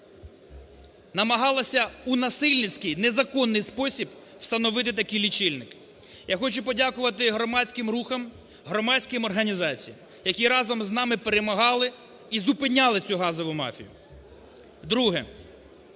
намагалася у насильницький, незаконний спосіб встановити такий лічильник. Я хочу подякувати громадським рухам, громадським організаціям, азом з нами перемагали і зупиняли цю газову мафію. Друге.